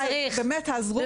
באמת תעזרו לנו.